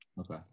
okay